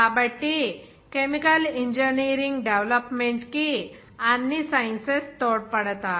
కాబట్టి chemical engineering development కి అన్ని సైన్సెస్ తోడ్పడతాయి